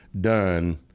done